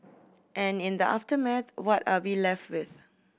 and in the aftermath what are we left with